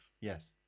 Yes